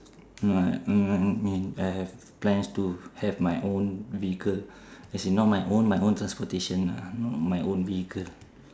no no I mean I have plans to have my own vehicle as in not my own my own transportation lah not my own vehicle